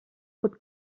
pot